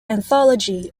anthology